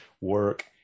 work